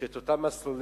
שאת אותם מסלולים,